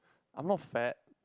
I'm not fat